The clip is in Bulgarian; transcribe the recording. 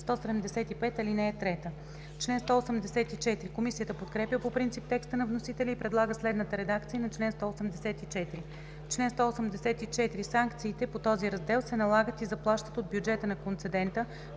175, ал. 3.“ Комисията подкрепя по принцип текста на вносителя и предлага следната редакция на чл. 184: „Чл. 184. Санкциите по този раздел се налагат и заплащат от бюджета на концедента,